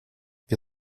wir